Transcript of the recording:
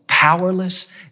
powerless